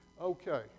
okay